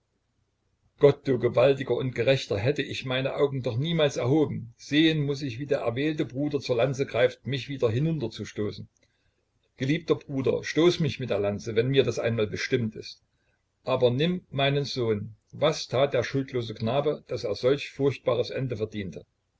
gott du gewaltiger und gerechter hätte ich meine augen doch niemals erhoben sehen muß ich wie der erwählte bruder zur lanze greift mich wieder hinunter zu stoßen geliebter bruder stoß mich mit der lanze wenn mir das einmal bestimmt ist aber nimm meinen sohn was tat der schuldlose knabe daß er solch furchtbares ende verdiente